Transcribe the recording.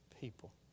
people